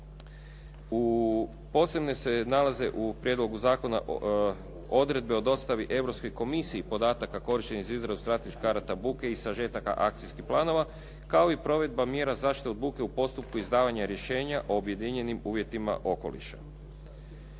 U posebno se nalazi u prijedlogu zakona odredbe o dostavi Europskoj komisiji podatak korištenja za izradu strateških karata buke i sažetaka akcijskih planova, kao i provedba mjera zaštite od buke u postupku izdavanja rješenja objedinjenim uvjetima okoliša.